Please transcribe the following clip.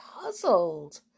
puzzled